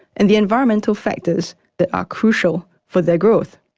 and the environmental factors that are crucial for their growth.